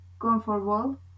comfortable